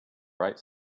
bright